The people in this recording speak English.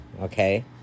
Okay